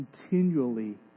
continually